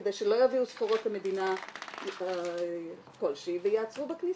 כדי שלא יביאו סחורות למדינה שיש איתה קושי וייעצרו בכניסה.